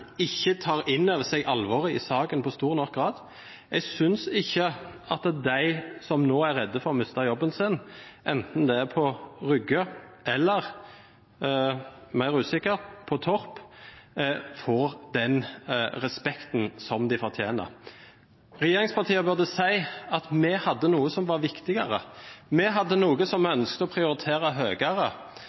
ikke tar inn over seg alvoret i saken i stor nok grad. Jeg synes ikke de som nå er redde for å miste jobben sin, enten det er på Rygge eller – mer usikkert – på Torp, får den respekten som de fortjener. Regjeringspartiene burde si: Vi hadde noe som var viktigere. Vi hadde noe som vi ønsket å prioritere høyere.